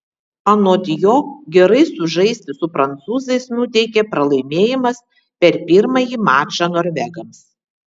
anot jo gerai sužaisti su prancūzais nuteikė pralaimėjimas per pirmąjį mačą norvegams